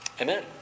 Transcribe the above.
Amen